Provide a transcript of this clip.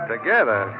Together